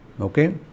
okay